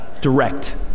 direct